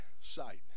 sight